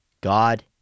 God